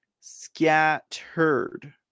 Scattered